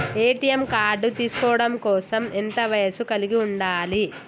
ATM card తీసుకోవడం కోసం ఎంత వయస్సు కలిగి ఉండాలి?